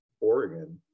Oregon